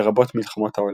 לרבות מלחמות העולם.